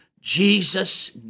Jesus